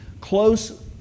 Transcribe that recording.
close